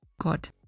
God